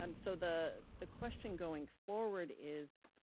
um so the the question going forward is,